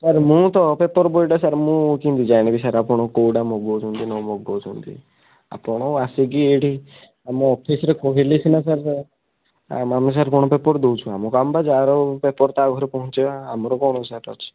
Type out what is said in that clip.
sir ମୁଁ ତ paper ବୟଟା ସାର୍ ମୁଁ କେମିତି ଜାଣିବି ସାର୍ ଆପଣ କେଉଁଟା ମଗାଉଛନ୍ତି ନ ମଗାଉଛନ୍ତି ଆପଣ ଆସିକି ଏଇଠି ଆମ ଅଫିସରେ କହିଲେ ସିନା ସାର୍ ଆଉ ଆମେ ସାର୍ କଣ ପେପର ଦେଉଛୁ ଆମ କାମ ବା ଯାହାର ପେପର ତା ଘରେ ପହଞ୍ଚେଇବା ଆମର କଣ ସାର୍ ଅଛି